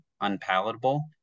unpalatable